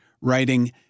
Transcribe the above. writing